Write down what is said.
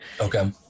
Okay